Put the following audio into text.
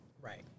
Right